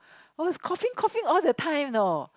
I was coughing coughing all the time you know